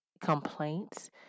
complaints